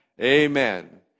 Amen